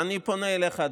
ואני פונה אליך,